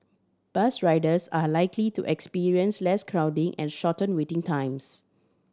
bus riders are likely to experience less crowding and shorter waiting times